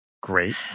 Great